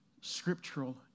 scriptural